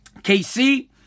KC